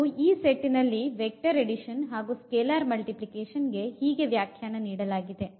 ಅಂತೂ ಈ ಸೆಟ್ಟಿನಲ್ಲಿ ವೆಕ್ಟರ್ ಅಡಿಷನ್ ಹಾಗು ಸ್ಕೇಲಾರ್ ಮಲ್ಟಿಪ್ಲಿಕೇಷನ್ ಗೆ ಹೀಗೆ ವ್ಯಾಖ್ಯಾನ ನೀಡಲಾಗಿದೆ